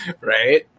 Right